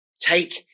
take